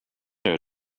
her